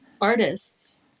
artists